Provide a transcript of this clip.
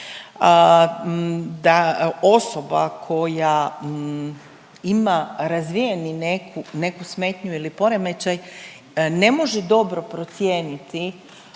da osoba koja ima razvijenu neku, neku smetnju ili poremećaj ne može dobro procijeniti